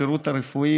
בשירות הרפואי,